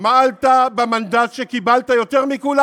מה אתה משמיץ אותו?